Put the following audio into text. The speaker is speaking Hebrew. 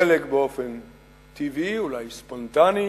חלק באופן טבעי, אולי ספונטני.